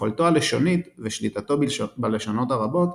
יכולתו הלשונית, ושליטתו בלשונות הרבות,